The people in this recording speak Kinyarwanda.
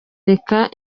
reka